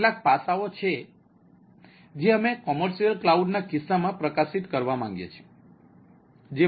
કેટલાક પાસાંઓ છે જે અમે કૉમર્શિઅલ ક્લાઉડના કિસ્સામાં પ્રકાશિત કરવા માંગીએ છીએ